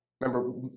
Remember